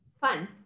Fun